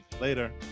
Later